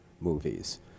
movies